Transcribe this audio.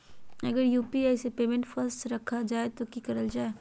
अगर यू.पी.आई से पेमेंट फस रखा जाए तो की करल जाए?